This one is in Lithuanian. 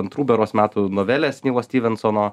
antrų berods metų novelės nyvo styvensono